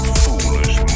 foolish